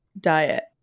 diet